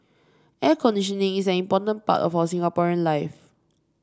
air conditioning is an important part of our Singaporean life